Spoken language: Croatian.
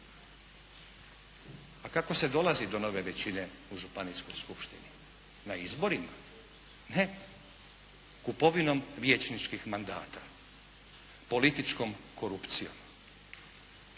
A kako se dolazi do nove većine u županijskoj skupštini? Na izborima? Ne. Kupovinom vijećničkih mandata. Političkom korupcijom.